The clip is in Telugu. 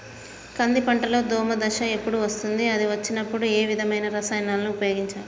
కంది పంటలో దోమ దశ ఎప్పుడు వస్తుంది అది వచ్చినప్పుడు ఏ విధమైన రసాయనాలు ఉపయోగించాలి?